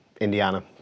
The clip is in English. Indiana